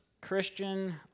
Christian